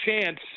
chance